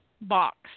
box